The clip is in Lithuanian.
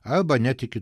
arba net iki